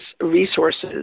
resources